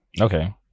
Okay